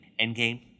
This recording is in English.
Endgame